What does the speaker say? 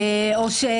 או למשל: